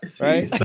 Right